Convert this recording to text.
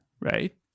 right